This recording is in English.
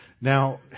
Now